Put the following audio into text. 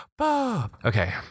Okay